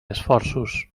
esforços